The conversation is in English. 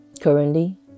currently